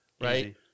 Right